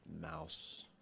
mouse